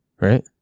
Right